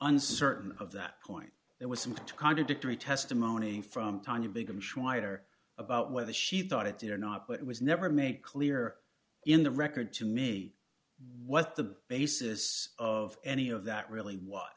uncertain of that point there was some contradictory testimony from time to begin schweiger about whether she thought it did or not but it was never made clear in the record to me what the basis of any of that really w